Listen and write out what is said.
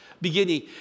beginning